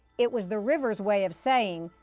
it was the river's way of saying,